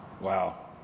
Wow